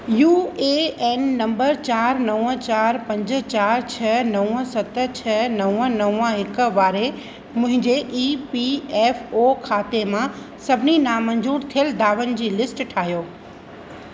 U A N number चारि नव चारि पंज चारि छ नव सत छ नव नव हिकु वारे मुंहिंजे ई पी एफ ओ खाते मां सभिनी नामंजूर थियल दावनि जी लिस्ट ठाहियो